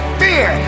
fear